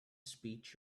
speech